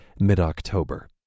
mid-October